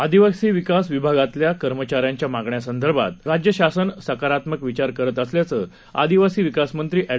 आदिवासीविकासविभागातीलकर्मचाऱ्यांच्यामागण्यासंदर्भातराज्यशासनसकारात्मकविचारकरतअसल्याचंआदिवासीविकासमंत्री and